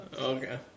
Okay